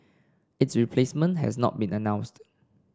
its replacement has not been announced